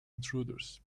intruders